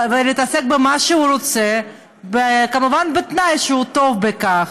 להתעסק במה שהוא רוצה, כמובן בתנאי שהוא טוב בכך.